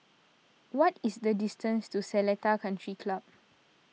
what is the distance to Seletar Country Club